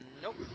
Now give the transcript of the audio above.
Nope